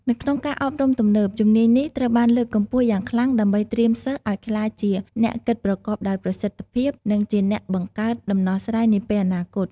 នៅក្នុងការអប់រំទំនើប ជំនាញនេះត្រូវបានលើកកម្ពស់យ៉ាងខ្លាំងដើម្បីត្រៀមសិស្សឲ្យក្លាយជាអ្នកគិតប្រកបដោយប្រសិទ្ធភាព និងជាអ្នកបង្កើតដំណោះស្រាយនាពេលអនាគត។